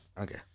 Okay